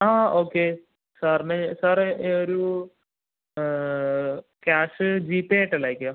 ആ ഓക്കെ സാറിന് സാറെ ഒരു ക്യാഷ് ജിപേ ആയിട്ടല്ലേ അയയ്ക്കാം